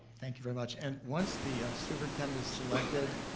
thank you very much, and once the superintendent's selected,